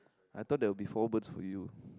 I thought they'll before bird for you